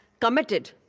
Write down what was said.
committed